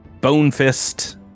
Bonefist